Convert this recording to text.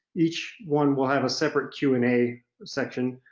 each one will have a separate q and a section,